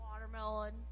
Watermelon